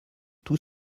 tous